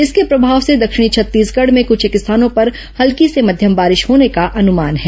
इसके प्रभाव से दक्षिणी छत्तीसगढ़ में कुछेक स्थानों पर हल्की से मध्यम बारिश होने का अनुमान है